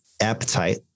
appetite